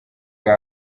bwa